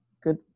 good